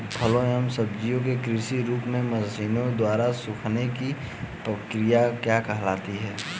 फलों एवं सब्जियों के कृत्रिम रूप से मशीनों द्वारा सुखाने की क्रिया क्या कहलाती है?